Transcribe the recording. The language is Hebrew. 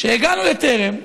כשהגענו לטרם הרופא,